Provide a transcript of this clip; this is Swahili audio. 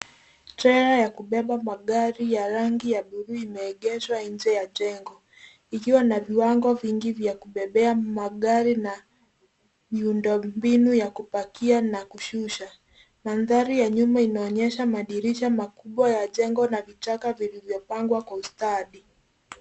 Trela ya kubeba magari ya rangi ya buluu imeegeshwa nje ya jengo .Ikiwa na viwango vingi vya kubebea magari na miundombinu ya kupakia na kushusha . Mandhari ya nyuma inaonyesha madirisha makubwa ya jengo na vichaka vilivyopangwa kwa ustadi.